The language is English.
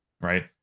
right